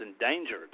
endangered